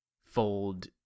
fold